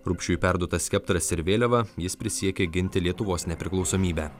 rupšiui perduotas skeptras ir vėliava jis prisiekė ginti lietuvos nepriklausomybę